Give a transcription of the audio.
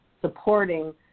supporting